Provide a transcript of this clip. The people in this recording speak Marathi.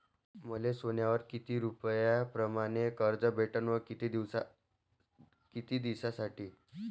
मले सोन्यावर किती रुपया परमाने कर्ज भेटन व किती दिसासाठी?